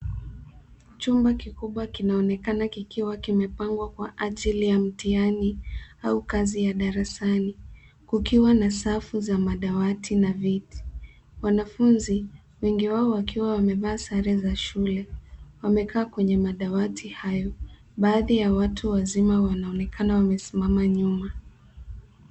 Chumba kikubwa kinaonekana kikiwa kimepangwa kwa ajili ya mtihani au kazi ya darasani, kukiwa na safu za madawati na viti. Wanafunzi, wengi wao wakiwa wamevaa sare za shule, wamekaa kwenye madawati hayo. Baadhi ya watu wazima wanaonekana wamesimama nyuma.